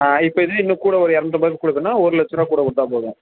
ஆ இப்போ இதே இன்னும் கூட ஒரு இரநூத்தம்பதுக் கூட சொன்னால் ஒரு லட்ச ரூபா கூட கொடுத்தாப் போதும்